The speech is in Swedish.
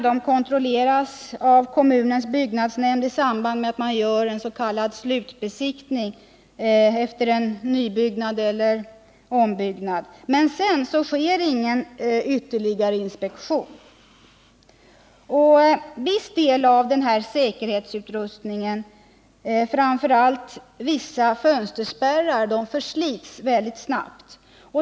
De kontrolleras av kommunens byggnadsnämnd i samband med den s.k. slutbesiktningen efter nyeller ombyggnad, men sedan sker ingen ytterligare lagstadgad inspektion. En del av utrustningen, framför allt vissa fönsterspärrar, förslits emellertid snabbt.